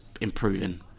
improving